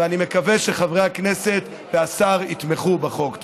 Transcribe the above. ואני מקווה שחברי הכנסת והשר יתמכו בחוק.